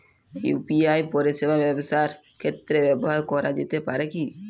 UPI পরিষেবা ব্যবসার ক্ষেত্রে ব্যবহার করা যেতে পারে কি?